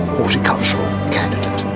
horticultural candidate.